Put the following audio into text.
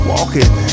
Walking